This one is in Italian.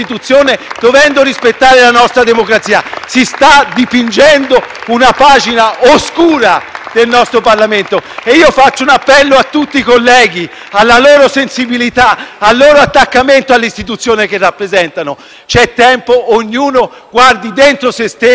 del nostro Parlamento e faccio un appello a tutti i colleghi, alla loro sensibilità e al loro attaccamento all'Istituzione che rappresentano. C'è tempo: ognuno guardi dentro se stesso, si prenda il tempo di guardare le carte e saprà quale decisione prendere. *(Applausi